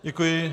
Děkuji.